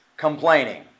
complaining